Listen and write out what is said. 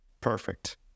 Perfect